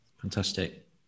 Fantastic